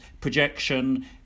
projection